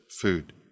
food